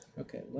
Okay